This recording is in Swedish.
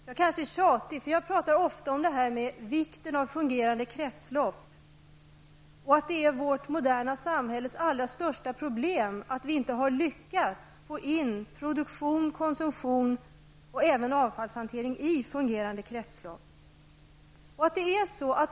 Jag kanske är tjatig, för jag pratar ofta om vikten av fungerande kretslopp och att det är vårt samhälles allra största problem att vi inte har lyckats få in produktion, konsumtion och även avfallshantering i fungerande kretslopp.